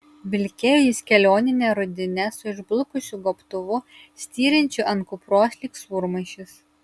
vilkėjo jis kelionine rudine su išblukusiu gobtuvu styrinčiu ant kupros lyg sūrmaišis